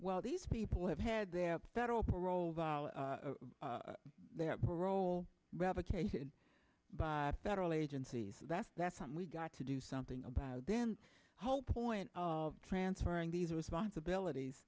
while these people have had their federal parole vala their parole revocation by federal agencies that's that's something we've got to do something about then whole point of transferring these responsibilities